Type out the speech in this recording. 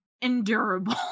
endurable